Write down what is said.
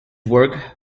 work